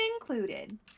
included